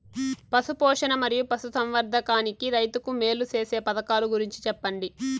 పశు పోషణ మరియు పశు సంవర్థకానికి రైతుకు మేలు సేసే పథకాలు గురించి చెప్పండి?